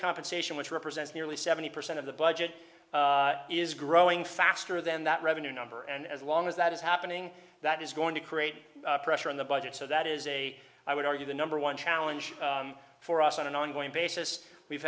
compensation which represents nearly seventy percent of the budget is growing faster than that revenue number and as long as that is happening that is going to create pressure on the budget so that is a i would argue the number one challenge for us on an ongoing basis we've